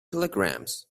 kilograms